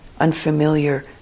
unfamiliar